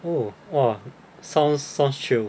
oh !wah! sounds sounds shiok